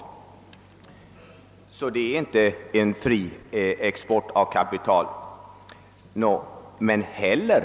Det förekommer alltså inte en fri export av kapital från vårt land.